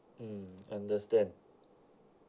mm understand